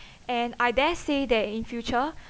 and I dare say that in future